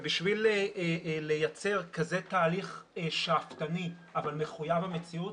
כדי לייצר תהליך כזה שאפתני אבל מחויב המציאות,